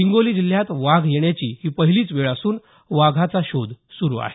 हिंगोली जिल्ह्यात वाघ येण्याची ही पहिलीच वेळ असून वाघाचा शोध सुरू आहे